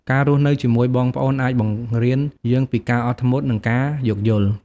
ការរស់នៅជាមួយបងប្អូនអាច បង្រៀនយើងពីការអត់ធ្មត់ និងការយោគយល់។